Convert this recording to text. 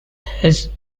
his